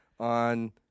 On